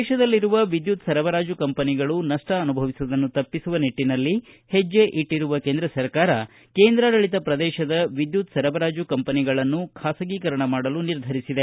ದೇಶದಲ್ಲಿರುವ ವಿದ್ಯುತ್ ಸರಬರಾಜು ಕಂಪನಿಗಳು ನಷ್ಟ ಅನುಭವಿಸುವುದನ್ನು ತಪ್ಪಿಸುವ ನಿಟ್ಟನಲ್ಲಿ ಹೆಜ್ಜೆ ಇಟ್ಟರುವ ಕೇಂದ್ರ ಸರ್ಕಾರ ಕೇಂದ್ರಾಡಳಿತ ಪ್ರದೇಶದ ವಿದ್ಯುತ್ ಸರಬರಾಜು ಕಂಪನಿಗಳನ್ನು ಖಾಸಗೀಕರಣ ಮಾಡಲು ನಿರ್ಧರಿಸಿದೆ